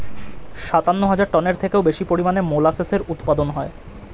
সাতান্ন হাজার টনের থেকেও বেশি পরিমাণে মোলাসেসের উৎপাদন হয়